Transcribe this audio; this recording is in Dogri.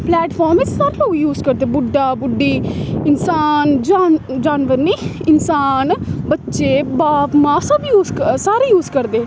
प्लैटफार्म ऐ सारे लोग यूज करदे बुड्ढा बुड्ढी इंसान जान जानवर नेईं इंसान बच्चे बाप मां सब यूज सारे यूज़ करदे